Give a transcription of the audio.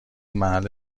محل